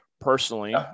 Personally